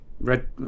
red